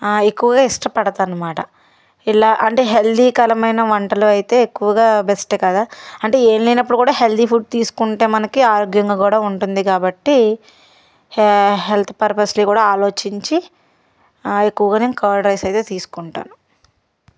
ఎక్కువగా ఇష్టపడుతాను అన్నమాట ఇలా అంటే హెల్థీ కలమైనా వంటలు అయితే ఎక్కువగా బెస్ట్ కదా అంటే ఏం లేనప్పుడు కూడా హెల్థీ ఫుడ్ తీసుకుంటే మనకి ఆరోగ్యంగా కూడా ఉంటుంది కాబట్టి హెల్త్ పర్పస్కి కూడా ఆలోచించి ఎక్కువగా నేను కర్డ్ రైస్ అయితే తీసుకుంటాను